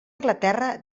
anglaterra